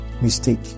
mistake